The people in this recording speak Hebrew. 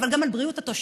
אבל גם על בריאות התושבים,